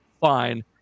fine